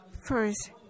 First